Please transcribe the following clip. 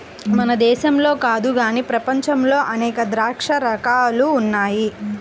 మన దేశంలో కాదు గానీ ప్రపంచంలో అనేక ద్రాక్ష రకాలు ఉన్నాయి